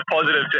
positive